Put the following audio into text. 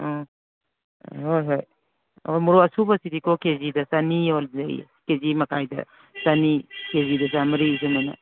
ꯑꯥ ꯍꯣꯏ ꯍꯣꯏ ꯑꯧ ꯃꯣꯔꯣꯛ ꯑꯁꯨꯕꯁꯤꯗꯤꯀꯣ ꯀꯦꯖꯤꯗ ꯆꯅꯤ ꯌꯣꯟꯖꯩꯌꯦ ꯀꯦꯖꯤ ꯃꯈꯥꯏꯗ ꯆꯅꯤ ꯀꯦꯖꯤꯗ ꯆꯥꯃꯔꯤ ꯑꯗꯨꯃꯥꯏꯅ